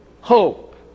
hope